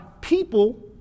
people